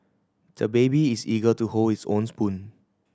the baby is eager to hold his own spoon